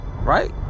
right